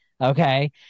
Okay